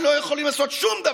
שמגדיר את עצמו כשותף